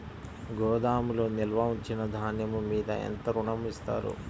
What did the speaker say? గోదాములో నిల్వ ఉంచిన ధాన్యము మీద ఎంత ఋణం ఇస్తారు?